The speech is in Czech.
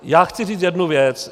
Já chci říct jednu věc.